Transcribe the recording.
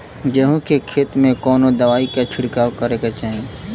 गेहूँ के खेत मे कवने दवाई क छिड़काव करे के चाही?